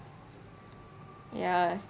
ya